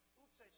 Oops